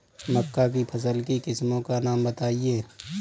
मक्का की फसल की किस्मों का नाम बताइये